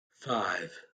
five